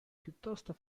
piuttosto